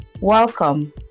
Welcome